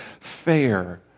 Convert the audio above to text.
fair